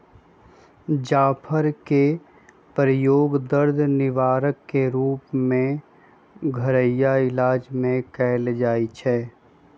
जाफर कें के प्रयोग दर्द निवारक के रूप में घरइया इलाज में कएल जाइ छइ